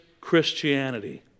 Christianity